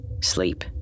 sleep